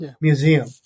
Museum